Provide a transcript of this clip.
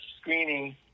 screening